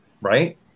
Right